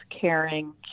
caring